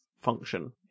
function